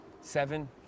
Seven